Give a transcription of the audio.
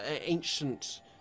ancient